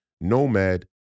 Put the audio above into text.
nomad